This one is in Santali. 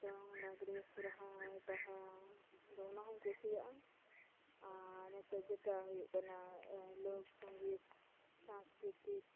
ᱫᱚᱝ ᱞᱟᱜᱽᱬᱮ ᱥᱚᱦᱨᱟᱭ ᱵᱟᱦᱟ ᱫᱚ ᱚᱱᱟ ᱦᱚᱧ ᱠᱩᱥᱤᱭᱟᱜᱼᱟ ᱟᱨ ᱱᱤᱛᱳᱜ ᱡᱮᱴᱟ ᱦᱩᱭᱩᱜ ᱠᱟᱱᱟ ᱞᱳᱠ ᱥᱚᱝᱜᱤᱛ ᱥᱟᱝᱥᱠᱨᱤᱛᱤᱠ